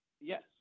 Yes